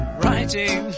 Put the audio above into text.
writing